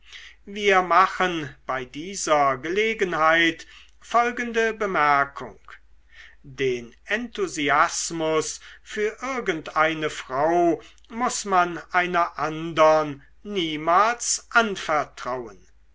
wir machen bei dieser gelegenheit folgende bemerkung den enthusiasmus für irgendeine frau muß man einer andern niemals anvertrauen